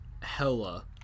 hella